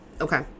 Okay